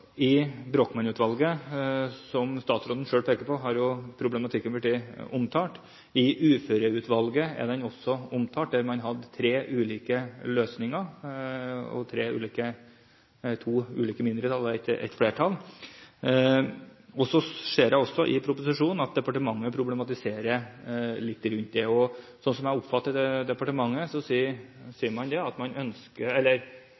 Brochmann-utvalgets innstilling, som statsråden selv pekte på, har problematikken blitt omtalt. I Uførepensjonsutvalget er den også omtalt, der man hadde tre ulike løsninger, to ulike mindretall og et flertall. Så ser jeg også i proposisjonen at departementet problematiserer litt rundt det. Slik jeg oppfatter departementet, sier man at det